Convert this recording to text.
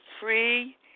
free